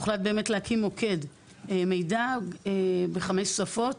הוחלט להקים מוקד מידע בחמש שפות